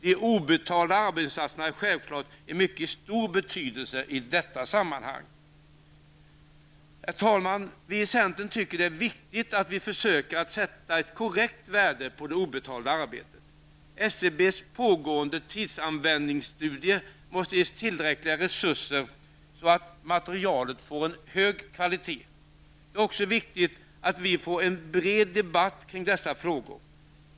De obetalda arbetsinsatserna har givetvis en mycket stor betydelse i detta sammanhang. Herr talman! Vi i centern tycker att det är viktigt att vi försöker sätta ett korrekt värde på det obetalda arbetet. SCBs pågående tidsanvändningsstudie måste ges tillräckliga resurser så att materialet får hög kvalitet. Det är också viktigt att vi får en bred debatt kring dessa frågor.